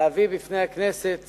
להביא בפני הכנסת